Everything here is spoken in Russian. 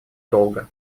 долго